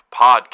podcast